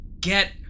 get